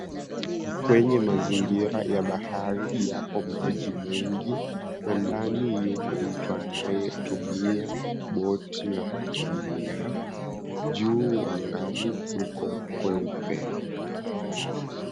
Kwenye mazingira ya bahari yapo maji mengi na ndani yupo mtu anayetumia boti la kukimbia. Juu angani kuko kweupe.